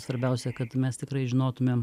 svarbiausia kad mes tikrai žinotumėm